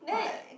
but